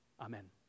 Amen